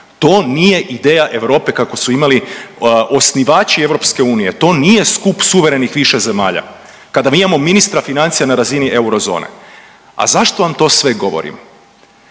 To nije ideja Europe kako su imali osnivači EU, to nije skup suverenih više zemalja kada mi imamo ministra financija na razini eurozone. A zašto vam to sve govorim?